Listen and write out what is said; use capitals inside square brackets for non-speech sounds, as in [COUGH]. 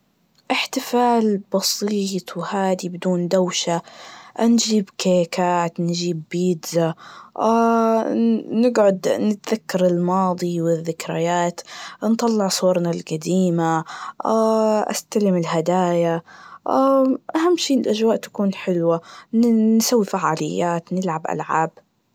إحتفال بسيط وهادي بدون دوشة, إنجيب كيكات, نجيب بيتزا, [HESITATION] نقعد نتذكر الماضي والذكريات, نطلع صورنا الجديمة, [HESITATION] أستلم الهدايا, [HESITATION] أهم شي الأجواء تكون حلوة, نسوي فعاليات, نلعب ألعاب.